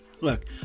Look